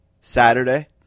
Saturday